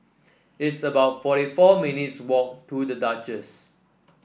it's about forty four minutes' walk to The Duchess